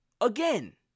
again